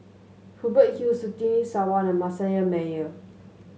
Hubert Hill Surtini Sarwan and Manasseh Meyer